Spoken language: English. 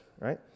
right